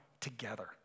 together